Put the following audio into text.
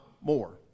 more